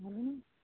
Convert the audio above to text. झालं मग